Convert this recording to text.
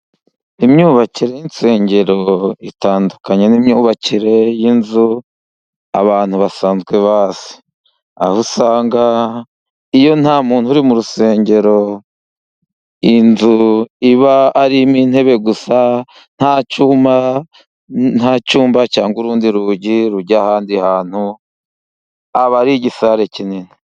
Imyubakire y'insengero itandukanye n'imyubakire y'inzu abantu basanzwe bazi, aho usanga iyo nta muntu uri mu rusengero, iyi nzu iba harimo intebe gusa, nta cyumba nta cyumba cyangwa urundi rugi rujya ahandi hantu, aba ari igisare kinini.